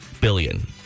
Billion